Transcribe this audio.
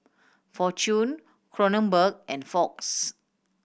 Fortune Kronenbourg and Fox